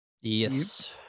Yes